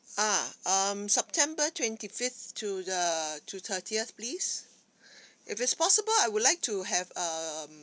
ah um september twenty fifth to the to thirtieth please if it's possible I would like to have um